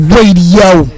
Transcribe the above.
Radio